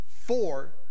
Four